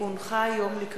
כי הונחו היום על שולחן הכנסת,